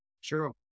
Sure